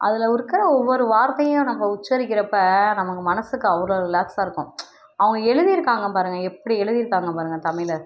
அதில் இருக்கிற ஒவ்வொரு வார்த்தையும் நம்ம உச்சரிக்கிறப்ப நமக்கு மனசுக்கு அவ்வளோ ரிலாக்ஸாக இருக்கும் அவங்க எழுதியிருக்காங்க பாருங்க எப்படி எழுதியிருக்காங்க பாருங்க தமிழை